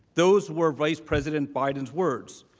those were vice president biden's word.